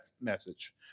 message